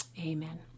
Amen